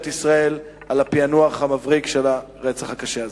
ישראל על הפענוח המבריק של הרצח הקשה הזה.